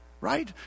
right